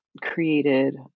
created